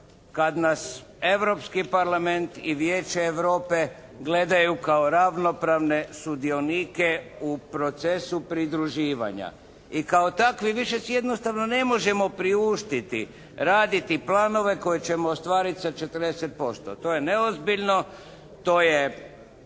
kad nas europski Parlament i Vijeće Europe gledaju kao ravnopravne sudionike u procesu pridruživanja. I kao takvi više si jednostavno ne možemo priuštiti raditi planove koje ćemo ostvariti sa 40%. To je neozbiljno. To je,